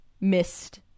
missed